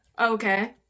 Okay